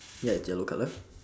ya it's yellow colour